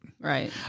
Right